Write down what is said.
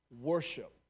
worship